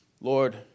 Lord